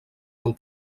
del